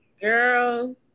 girl